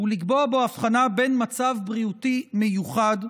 ולקבוע בו הבחנה בין מצב בריאותי מיוחד,